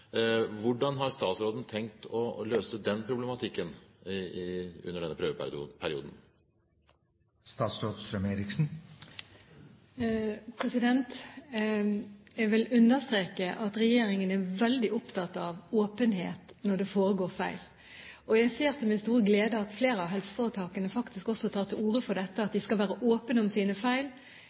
Hvordan har statsråden tenkt å løse den problematikken under denne prøveperioden? Jeg vil understreke at regjeringen er veldig opptatt av åpenhet når det forekommer feil, og jeg ser til min store glede at flere av helseforetakene faktisk også tar til ordet for dette, at de skal være åpne om sine feil